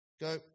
Go